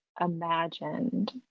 imagined